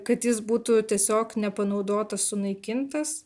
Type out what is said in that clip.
kad jis būtų tiesiog nepanaudotas sunaikintas